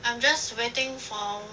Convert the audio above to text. I'm just waiting for